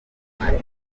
ntacyo